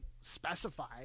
specify